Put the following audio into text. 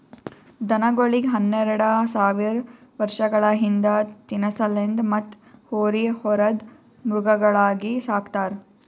ದನಗೋಳಿಗ್ ಹನ್ನೆರಡ ಸಾವಿರ್ ವರ್ಷಗಳ ಹಿಂದ ತಿನಸಲೆಂದ್ ಮತ್ತ್ ಹೋರಿ ಹೊರದ್ ಮೃಗಗಳಾಗಿ ಸಕ್ತಾರ್